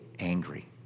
angry